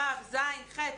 ו', ז', ח'.